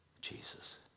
Jesus